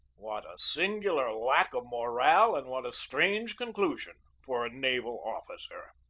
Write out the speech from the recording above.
what a singular lack of morale and what a strange conclusion for a naval officer!